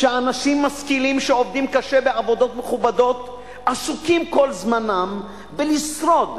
כשאנשים משכילים שעובדים קשה בעבודות מכובדות עסוקים כל זמנם בלשרוד,